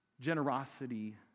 Generosity